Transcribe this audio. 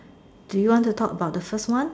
do you want to talk about the first one